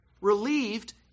relieved